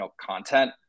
content